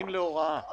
שלומדים הוראה?